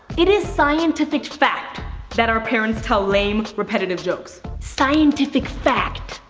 it is scientific fact that our parents tell lame, repetitive jokes. scientific fact.